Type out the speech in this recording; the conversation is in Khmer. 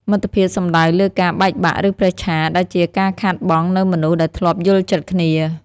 មិត្តភាពសំដៅលើការ បែកបាក់ ឬប្រេះឆា ដែលជាការខាតបង់នូវមនុស្សដែលធ្លាប់យល់ចិត្តគ្នា។